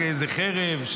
איזו חרב,